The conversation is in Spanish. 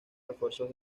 refuerzos